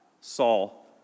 Saul